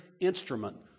instrument